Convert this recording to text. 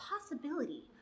possibility